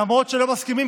למרות שלא מסכימים,